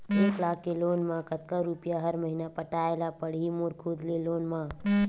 एक लाख के लोन मा कतका रुपिया हर महीना पटाय ला पढ़ही मोर खुद ले लोन मा?